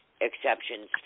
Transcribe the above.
exceptions